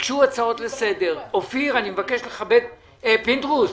ביקשו הצעות לסדר, אופיר, אני מבקש לכבד, פינדרוס,